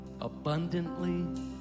abundantly